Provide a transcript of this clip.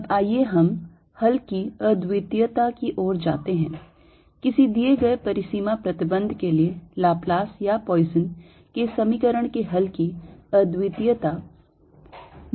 अब आइए हम हल की अद्वितीयता की ओर जाते हैं किसी दिए गए परिसीमा प्रतिबंध के लिए लाप्लास या पॉइसन के समीकरण के हल की अद्वितीयता